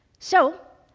so,